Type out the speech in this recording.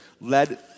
led